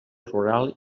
rural